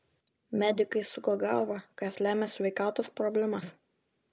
medikai suko galvą kas lemia sveikatos problemas